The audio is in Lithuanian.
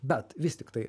bet vis tiktai